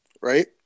right